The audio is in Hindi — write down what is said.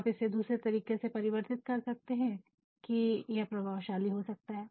आप इसे दूसरे तरीके से परिवर्तित कर सकते हैं कि यह प्रभावशाली हो सकता है